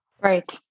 Right